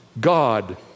God